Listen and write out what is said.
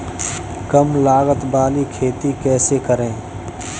कम लागत वाली खेती कैसे करें?